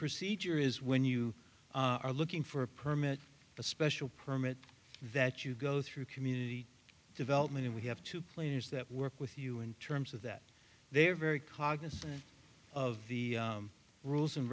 procedure is when you are looking for a permit a special permit that you go through community development and we have two players that work with you in terms of that they are very cognizant of the rules and